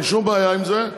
אין שום בעיה עם זה.